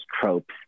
tropes